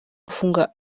gufunga